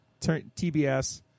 TBS